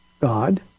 God